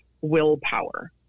willpower